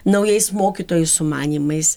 naujais mokytojų sumanymais